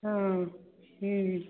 हँ हूँ